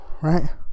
right